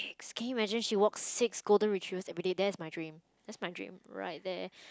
can you imagine she walks six golden retrievers everyday that is my dream that's my dream right there